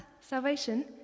salvation